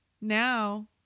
Now